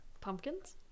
Pumpkins